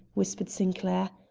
whispered sinclair.